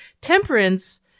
temperance